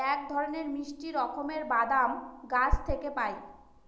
এক ধরনের মিষ্টি রকমের বাদাম গাছ থেকে পায়